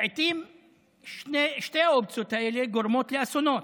לעיתים שתי האופציות האלה גורמות לאסונות: